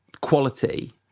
quality